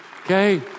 Okay